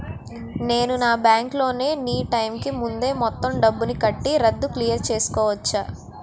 నేను నా bank loan నీ టైం కీ ముందే మొత్తం డబ్బుని కట్టి రద్దు క్లియర్ చేసుకోవచ్చా?